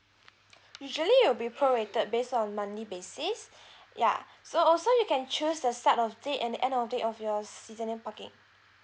usually it'll be prorated based on monthly basis yeah so so you can choose the start of date and end of date of your seasonal parking